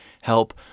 help